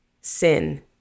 sin